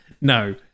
no